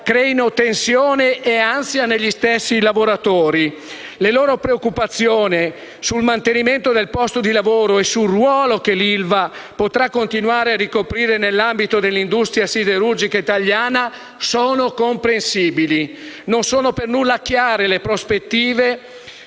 creino tensione e ansia negli stessi lavoratori. Le loro preoccupazioni sul mantenimento del posto di lavoro e sul ruolo che l'ILVA potrà continuare a ricoprire nell'ambito dell'industria siderurgica italiana sono comprensibili. Non sono per nulla chiare le prospettive